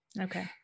Okay